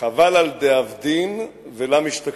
"חבל על דאבדין ולא משתכחין".